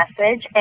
message